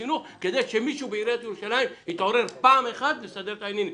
החינוך כדי שמישהו בעיריית ירושלים יתעורר פעם אחת ויסדר את העניינים.